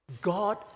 God